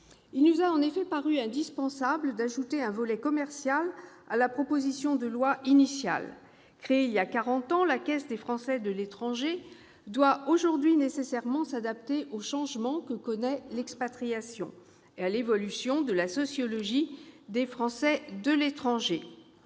Il nous a en effet paru indispensable d'ajouter un volet commercial au texte initial. Créée il y a quarante ans, la Caisse des Français de l'étranger doit nécessairement s'adapter aux changements que connaît l'expatriation et à l'évolution de la sociologie des Français de l'étranger.